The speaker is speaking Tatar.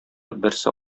берсе